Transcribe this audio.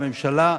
לממשלה,